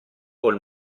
col